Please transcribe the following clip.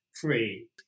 free